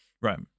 right